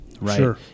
right